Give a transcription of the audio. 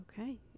Okay